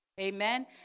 Amen